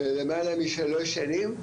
למעלה משלוש שנים,